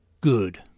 Good